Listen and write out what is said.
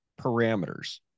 parameters